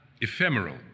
ephemeral